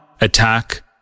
attack